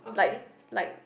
like